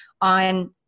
on